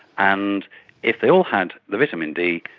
and if they all had the vitamin d,